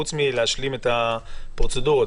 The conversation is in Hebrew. חוץ מלהשלים את הפרוצדורות,